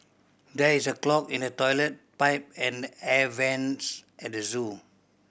there is a clog in the toilet pipe and the air vents at the zoo